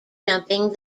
jumping